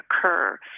occur